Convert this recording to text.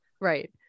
Right